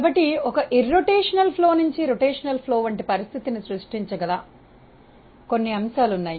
కాబట్టి ఒక భ్రమణ రహిత ప్రవాహ చలనం నుంచి భ్రమణ ప్రవాహం వంటి పరిస్థితిని సృష్టించగల కొన్ని అంశాలు ఉన్నాయి